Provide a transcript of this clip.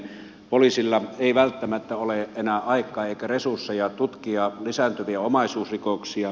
poliisilla ei välttämättä ole enää aikaa eikä resursseja tutkia lisääntyviä omaisuusrikoksia